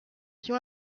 sur